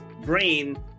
brain